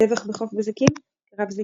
הטבח בחוף זיקים קרב זיקים